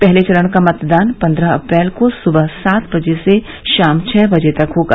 पहले चरण का मतदान पन्द्रह अप्रैल को सुबह सात बजे से शाम छह बजे तक होगा